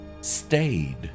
stayed